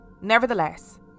Nevertheless